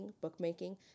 bookmaking